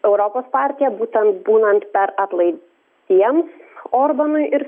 europos partiją būtent būnant per atlaidiems orbanui ir